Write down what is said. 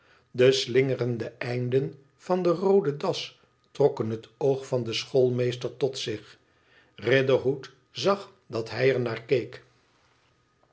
de slingerende einden van de roode das trokken het oog van den schoolmeester tot zich riderhood zag dat hij er naar keek